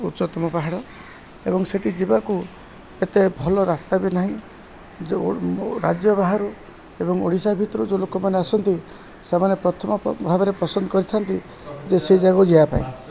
ଉଚ୍ଚତମ ପାହାଡ଼ ଏବଂ ସେଠି ଯିବାକୁ ଏତେ ଭଲ ରାସ୍ତା ବି ନାହିଁ ଯୋ ରାଜ୍ୟ ବାହାରୁ ଏବଂ ଓଡ଼ିଶା ଭିତରୁ ଯେଉଁ ଲୋକମାନେ ଆସନ୍ତି ସେମାନେ ପ୍ରଥମ ଭାବରେ ପସନ୍ଦ କରିଥାନ୍ତି ଯେ ସେ ଜାଗାକୁ ଯିବା ପାଇଁ